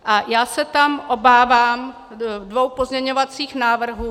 A já se tam obávám dvou pozměňovacích návrhů.